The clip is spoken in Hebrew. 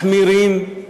מחמירים,